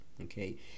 Okay